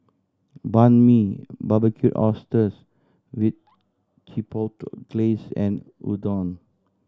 Banh Mi Barbecued Oysters with Chipotle Glaze and Udon